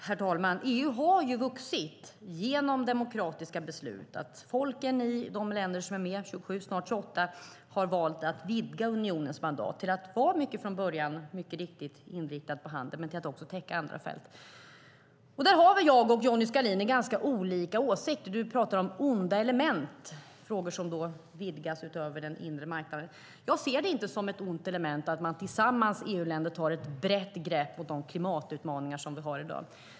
Herr talman! EU har vuxit genom demokratiska beslut. Folken i de länder som är med - 27 länder, snart 28 - har valt att vidga unionens mandat till att från början mycket riktigt ha varit inriktat på handel till att också täcka andra fält. Där har jag och Johnny Skalin ganska olika åsikter. Han talar om onda element, sådant som vidgar den inre marknaden. Jag ser det inte som ett ont element att EU-länderna tillsammans tar ett brett grepp om de klimatutmaningar vi har.